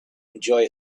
enjoy